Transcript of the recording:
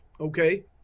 okay